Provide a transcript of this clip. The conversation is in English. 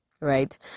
right